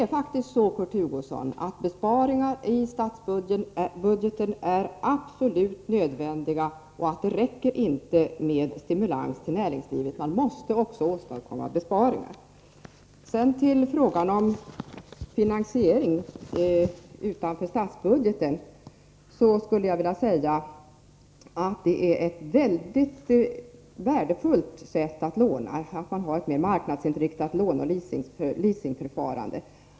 Det är faktiskt så, Kurt Hugosson, att besparingar i statsbudgeten är absolut nödvändiga. Det räcker inte med stimulans till näringslivet — man måste också åstadkomma besparingar. När det sedan gäller frågan om finansieringen utanför statsbudgeten skulle jag vilja säga att ett mycket värdefullt sätt att låna är att ha ett mer marknadsinriktat låneoch leasingförfarande.